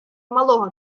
малого